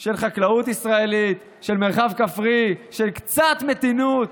של חקלאות ישראלית, של מרחב כפרי, של קצת מתינות.